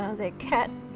ah their cat,